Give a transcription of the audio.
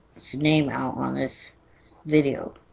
sydney now um this video